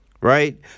Right